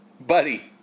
buddy